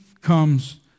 comes